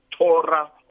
Torah